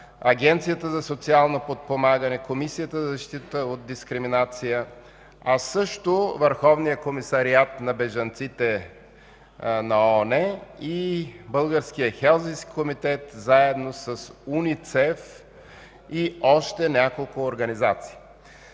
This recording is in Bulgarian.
Агенцията за социално подпомагане, Комисията за защита от дискриминация, а също Върховният комисариат на бежанците на ООН и Българският хелзинкски комитет заедно с УНИЦЕФ и още няколко организации.